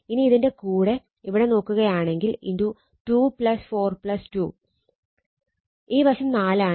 ഇനി ഇതിന്റെ കൂടെ ഇവിടെ നോക്കുകയാണെങ്കിൽ 2 4 2 ഈ വശം 4 ആണ്